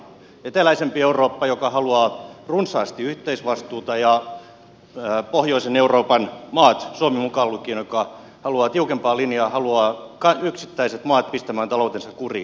eteläisempi eurooppa joka haluaa runsaasti yhteisvastuuta ja pohjoisen euroopan maat suomi mukaan lukien jotka haluavat tiukempaa linjaa ja yksittäiset maat pistämään taloutensa kuriin